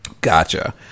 Gotcha